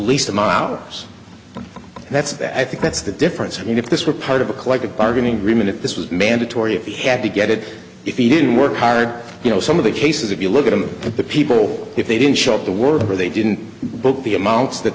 least amount of us that's that i think that's the difference between if this were part of a collective bargaining agreement if this was mandatory if he had to get it if he didn't work hard you know some of the cases if you look at him the people if they didn't show up to work or they didn't book the amounts that